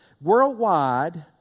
Worldwide